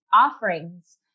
offerings